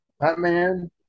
Batman